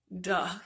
Duh